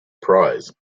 prize